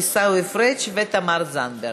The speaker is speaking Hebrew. עיסאווי פריג' ותמר זנדברג.